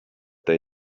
they